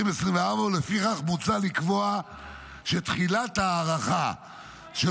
ולפיכך מוצע לקבוע שתחילת ההארכה של